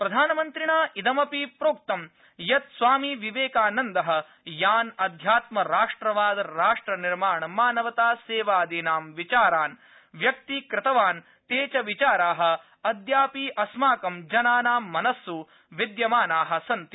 प्रधानमन्त्रिणा इदमपि उक्तं यत् स्वामिविवेकानन्दः यान् अध्यात्म राष्ट्रवाद राष्ट्रनिर्माण मानवता सेवादीनां विचारान् व्यक्तीकृतवान् ते च विचाराः अद्यापि अस्माकं जनानां मनस्स विद्यामानाः सन्ति